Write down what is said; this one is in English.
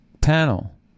panel